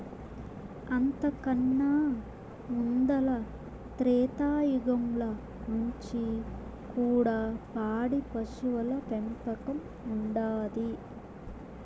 అంతకన్నా ముందల త్రేతాయుగంల నుంచి కూడా పాడి పశువుల పెంపకం ఉండాది